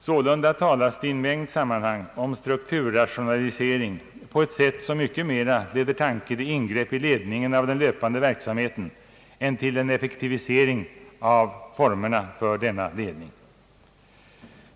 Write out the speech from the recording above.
Sålunda talas det i en mängd sammanhang om strukturrationalisering på ett sätt som mycket mera leder tanken till ingrepp i ledningen av den löpande verksamheten än till en effektivisering av densamma.